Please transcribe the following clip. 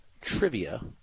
trivia